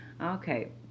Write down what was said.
Okay